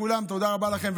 כולם, תודה רבה לכם.